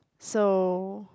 so